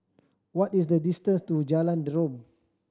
what is the distance to Jalan Derum